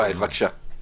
ווהאל, בבקשה.